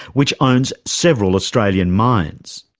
which owns several australian mines.